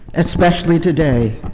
especially today.